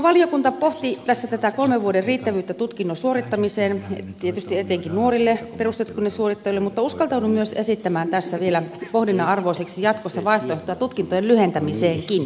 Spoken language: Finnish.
valiokunta pohti tässä tätä kolmen vuoden riittävyyttä tutkinnon suorittamiseen tietysti etenkin nuorille perustutkinnon suorittajille mutta uskaltaudun esittämään tässä vielä pohdinnan arvoiseksi jatkossa vaihtoehtoa tutkintojen lyhentämiseenkin